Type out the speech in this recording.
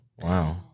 Wow